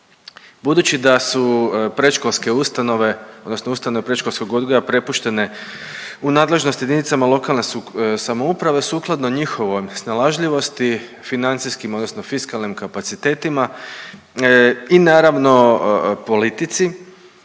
Budući da su predškolske ustanove, odnosno ustanove predškolskog odgoja prepuštene u nadležnosti jedinicama lokalne samouprave, sukladno njihovom snalažljivosti financijskim odnosno fiskalnim kapacitetima i naravno politici,